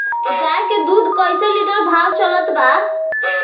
गाय के दूध कइसे लिटर भाव चलत बा?